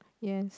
yes